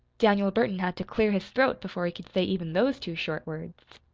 daniel burton had to clear his throat before he could say even those two short words.